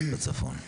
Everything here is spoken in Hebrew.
בצפון.